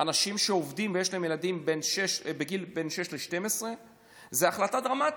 אנשים שעובדים ויש להם ילדים בני 6 12 זאת החלטה דרמטית.